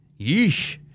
Yeesh